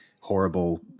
horrible